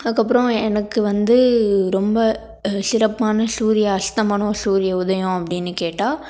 அதுக்கப்புறம் எனக்கு வந்து ரொம்ப சிறப்பான சூரிய அஸ்தமனம் சூரிய உதயம் அப்படின்னு கேட்டால்